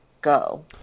go